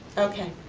okay!